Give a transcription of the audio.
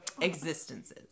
existences